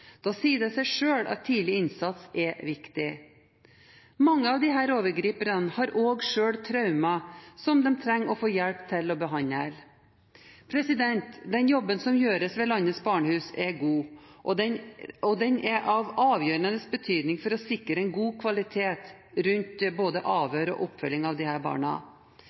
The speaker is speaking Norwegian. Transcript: Da sier det seg selv at tidlig innsats er viktig. Mange av disse overgriperne har også selv traumer som de trenger å få hjelp til å behandle. Den jobben som gjøres ved landets barnehus, er god, og den er av avgjørende betydning for å sikre en god kvalitet rundt både avhør og oppfølging av disse barna.